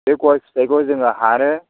बे गय फिथाइखौ जोङो हानो